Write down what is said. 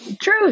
True